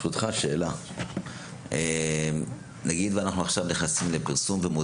נגיד ואנחנו נכנסים עכשיו לפרסום להעלאת